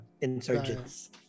insurgents